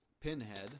Pinhead